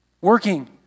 working